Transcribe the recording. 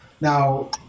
Now